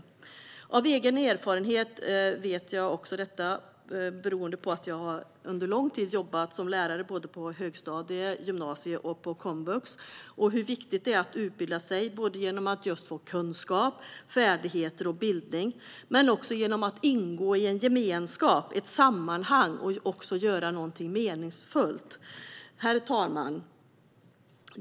Jag har lång erfarenhet av att jobba som lärare på högstadiet, gymnasiet och komvux och vet hur viktigt det är att utbilda sig - både för att få kunskap, färdigheter och bildning och för att ingå i en gemenskap och ett sammanhang och göra något meningsfullt. Herr talman!